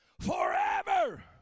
forever